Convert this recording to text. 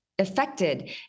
affected